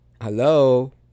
Hello